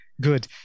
good